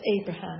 Abraham